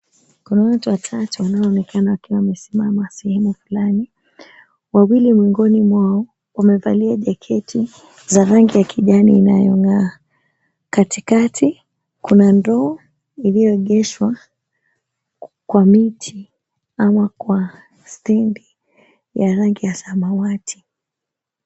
Kuna watu watatu wanaonekana wakiwa wamesimama sehemu fulani, wawili miongoni mwao wamevalia jaketi za rangi ya kijani inayongaa. Katikati kuna ndoo iliyoegeshwa kwa miti ama kwa stendi ya rangi ya samawati.